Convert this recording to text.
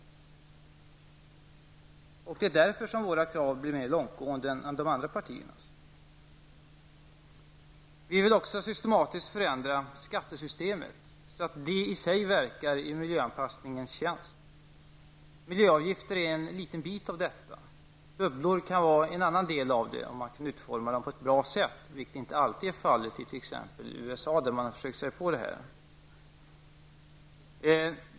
Det är därför som våra krav blir mer långtgående än de andra partiernas. Vi vill också systematiskt förändra skattesystemet så att det i sig verkar i miljöanpassningens tjänst. Miljöavgifter är en liten del av detta, och s.k. bubblor kan vara en annan del om man kan utforma dem på ett bra sätt, vilket inte alltid har varit fallet bl.a. i USA där man försökt sig på detta.